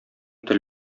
тел